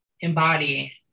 embody